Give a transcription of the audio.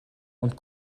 und